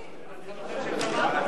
אנחנו תומכים.